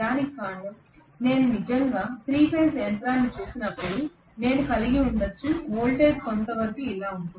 దీనికి కారణం నేను నిజంగా ఒకే ఫేజ్ యంత్రాన్ని చూసినప్పుడు నేను కలిగి ఉండవచ్చు వోల్టేజ్ కొంతవరకు ఇలా ఉంటుంది